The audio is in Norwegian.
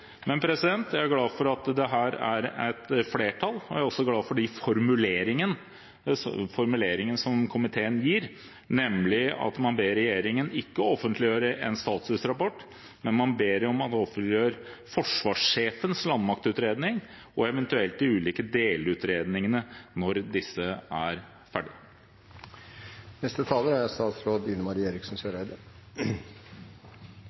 Men jeg er glad for at det her er et flertall, og jeg er også glad for den formuleringen som komiteen har, nemlig at man ber regjeringen ikke å offentliggjøre en statusrapport, men offentliggjøre forsvarssjefens landmaktutredning og eventuelt de ulike delutredningene når disse er ferdige. Vi ser at det skjer store endringer internasjonalt når det gjelder både teknologi, kapasiteter og konsepter for landmakten. Det er